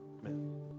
amen